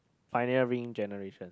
pioneer ring generation